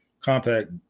compact